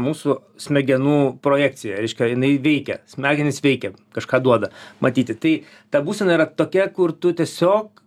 mūsų smegenų projekcija reiškia jinai veikia smegenys veikia kažką duoda matyti tai ta būsena yra tokia kur tu tiesiog